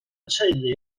teulu